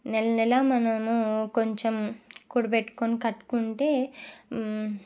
నెల నెల మనము కొంచెం కూడబెట్టుకుని కట్టుకుంటే